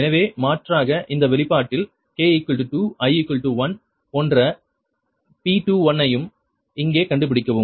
எனவே மாற்றாக இந்த வெளிப்பாட்டில் k 2 i 1 போன்ற P21 ஐயும் இங்கே கண்டுபிடிக்கவும்